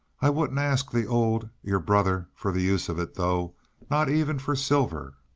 i wouldn't ask the old your brother, for the use of it, though not even for silver.